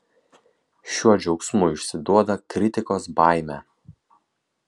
šiuo džiaugsmu išsiduoda kritikos baimę